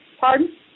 pardon